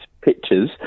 pictures